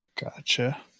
Gotcha